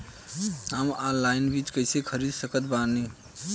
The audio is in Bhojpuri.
हम ऑनलाइन बीज कइसे खरीद सकत बानी?